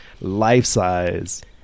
Life-size